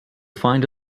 find